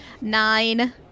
Nine